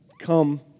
come